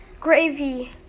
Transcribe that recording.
Gravy